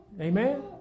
Amen